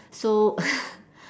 so